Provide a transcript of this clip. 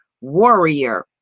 warrior